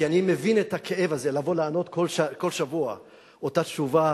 כי אני מבין את הכאב הזה לבוא לענות כל שבוע את אותה תשובה